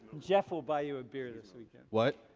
jeff will buy you a beer this weekend. what?